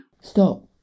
Stop